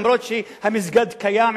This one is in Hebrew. אף-על-פי שהמסגד קיים,